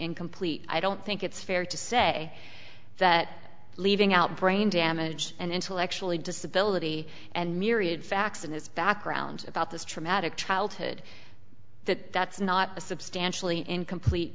incomplete i don't think it's fair to say that leaving out brain damage and intellectually disability and myriad facts in his background about this traumatic childhood that that's not a substantially incomplete